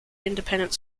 independent